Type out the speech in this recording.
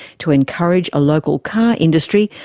to encourage a local car industry,